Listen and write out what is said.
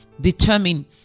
determine